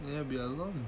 then you will be alone